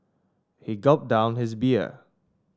he gulped down his beer